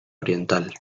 oriental